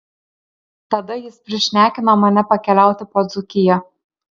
tada jis prisišnekino mane pakeliauti po dzūkiją